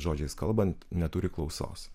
žodžiais kalbant neturi klausos